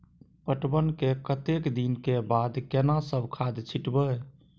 पटवन के कतेक दिन के बाद केना सब खाद छिटबै?